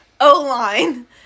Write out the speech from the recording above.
O-line